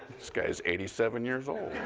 this guy is eighty seven years old.